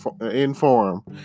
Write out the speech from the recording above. inform